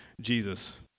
Jesus